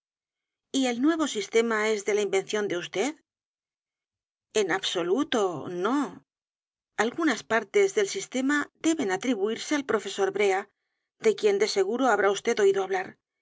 y el nuevo sistema es de la invención de vd en absoluto no algunas partes del sistema deben atribuirse al profesor brea de quien de seguro habrá vd oído hablar